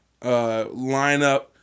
lineup